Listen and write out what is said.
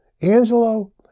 Angelo